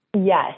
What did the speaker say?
Yes